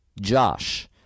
Josh